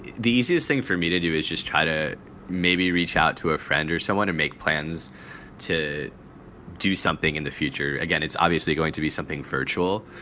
the easiest thing for me to do is just try to maybe reach out to a friend or someone to make plans to do something in the future. again, it's obviously going to be something virtual,